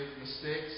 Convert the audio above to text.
mistakes